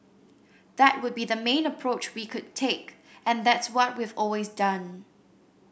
that would be the main approach we would take and that's what we've always done